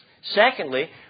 Secondly